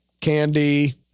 candy